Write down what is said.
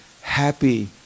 happy